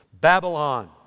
Babylon